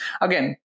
Again